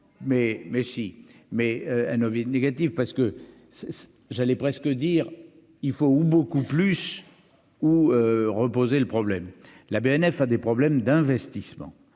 mais si, mais un Hannover négatif parce que j'allais presque dire il faut ou beaucoup plus où reposer le problème : la BNF a des problèmes d'investissement,